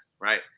right